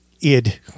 id